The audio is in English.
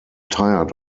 tired